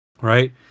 right